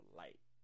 light